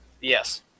Yes